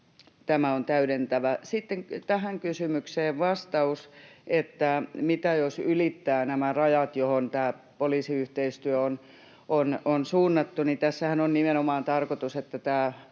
tämä on täydentävä. Sitten vastaus tähän kysymykseen, että mitä jos ylittää nämä rajat, johon tämä poliisiyhteistyö on suunnattu. Tässähän on nimenomaan tarkoitus, että tämä